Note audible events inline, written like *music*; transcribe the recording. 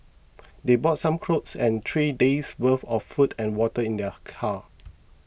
they brought some clothes and three days worth of food and water in their *noise* car